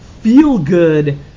feel-good